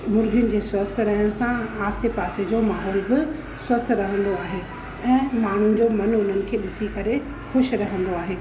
मुर्गियुनि जी स्वस्थ रहण सां आसे पासे जो माहोल बि स्वस्थ रहंदो आहे ऐं माण्हुनि जो मनु उन्हनि खे ॾिसी करे ख़ुशि रहिंदो आहे